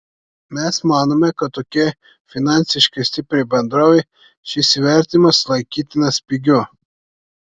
mes manome kad tokiai finansiškai stipriai bendrovei šis įvertinimas laikytinas pigiu